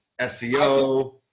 seo